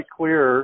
clear